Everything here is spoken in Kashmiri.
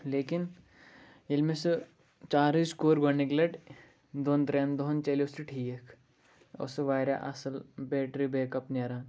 لیکِن ییٚلہِ مےٚ سُہ چارٕج کوٚر گۄڈنِک لَٹہِ دۄن ترٛٮ۪ن دۄہَن چَلیو سُہ ٹھیٖک اوس سُہ واریاہ اَصٕل بیٹرٛی بیک اَپ نیران